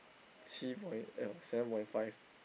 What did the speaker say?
七 point eh no seven point five